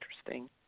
interesting